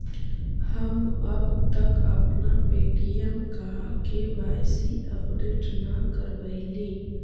हम अब तक अपना पे.टी.एम का के.वाई.सी अपडेट न करवइली